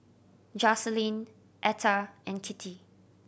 Jocelyne Etta and Kittie